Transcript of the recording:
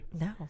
No